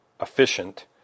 efficient